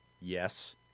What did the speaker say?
Yes